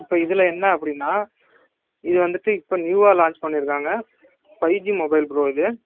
இப்போ இதில் என்ன அப்படின்னா இது வந்துட்டு இப்போ நியூவா லான்ச் பண்ணிருக்காங்க ஃபைவ் ஜி மொபைல் ப்ரோ இது